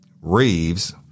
Reeves